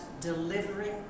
delivering